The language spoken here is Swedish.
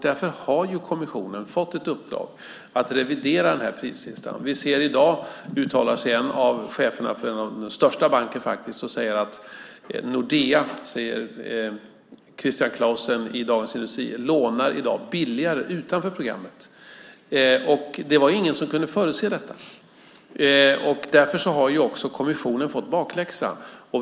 Därför har kommissionen fått ett uppdrag att revidera den här prislistan. I dag uttalar sig en av cheferna för den största banken, Nordea. Christian Clausen säger i Dagens Industri att Nordea i dag lånar billigare utanför programmet. Det var ingen som kunde förutse detta. Därför har också kommissionen fått bakläxa.